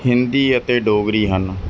ਹਿੰਦੀ ਅਤੇ ਡੋਗਰੀ ਹਨ